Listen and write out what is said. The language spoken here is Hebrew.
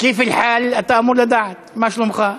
"כיף אל-חאל" אתה אמור לדעת, "מה שלומך".